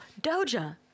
Doja